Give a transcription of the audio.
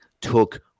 took